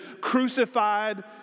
crucified